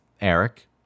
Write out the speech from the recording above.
Eric